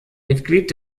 mitglied